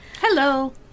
hello